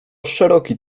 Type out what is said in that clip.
szeroki